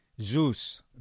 Zeus